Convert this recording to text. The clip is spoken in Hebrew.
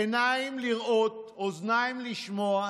עיניים לראות, אוזניים לשמוע,